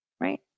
Right